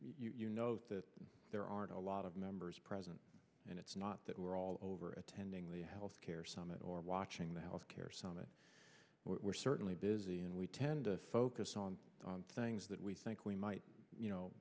committee you know there are a lot of members present and it's not that we're all over attending the health care summit or watching the health care summit we're certainly busy and we tend to focus on things that we think we might you know